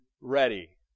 ready